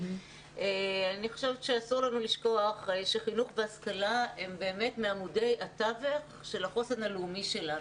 אסור לנו לשכוח שחינוך והשכלה הם מעמודי התווך של החוסן הלאומי שלנו.